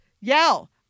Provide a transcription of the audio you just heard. yell